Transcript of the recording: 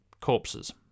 corpses